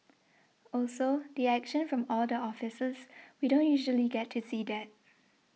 also the action from all the officers we don't usually get to see that